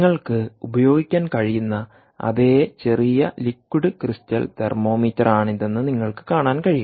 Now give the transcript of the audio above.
നിങ്ങൾക്ക് ഉപയോഗിക്കാൻ കഴിയുന്ന അതേ ചെറിയ ലിക്വിഡ് ക്രിസ്റ്റൽ തെർമോമീറ്ററാണിതെന്ന് നിങ്ങൾക്ക് കാണാൻ കഴിയും